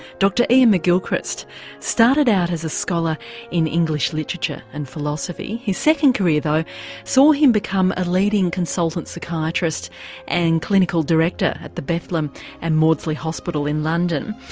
dr iain mcgilchrist started out as a scholar in english literature and philosophy his second career though saw him become a leading consultant psychiatrist and clinical director at the bethlem and maudsley hospital in london.